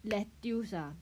lettuce ah